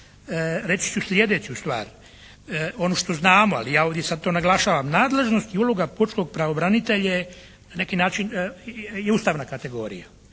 reći ću slijedeću stvar, ono što znamo ali ja ovdje sada to naglašavam. Nadležnost i uloga pučkog pravobranitelja je na neki